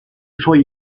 suoi